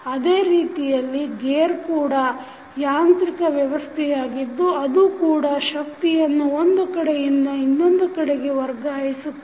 ಅದೇ ರೀತಿಯಲ್ಲಿ ಗೇರ್ ಕೂಡ ಯಾಂತ್ರಿಕ ವ್ಯವಸ್ಥೆಯಾಗಿದ್ದು ಅದು ಕೂಡ ಶಕ್ತಿಯನ್ನು ಒಂದು ಕೆಡೆಯಿಂದ ಇನ್ನೊಂದು ಕಡೆಗೆ ವರ್ಗಾಯಿಸುತ್ತದೆ